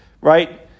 right